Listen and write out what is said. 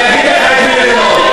אני אגיד לך את מי לגנות.